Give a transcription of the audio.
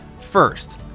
first